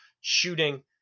shooting